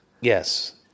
Yes